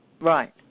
Right